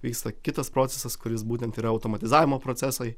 vyksta kitas procesas kuris būtent yra automatizavimo procesai